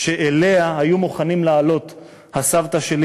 שאליה היו מוכנים לעלות הסבתא שלי